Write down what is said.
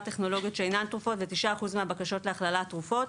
טכנולוגיות שאינן תרופות ו-9% מהבקשות להכללת תרופות.